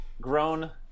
Grown